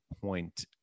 point